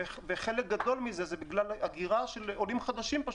חלק גדול זה הוא בכלל הגירה של עולים חדשים.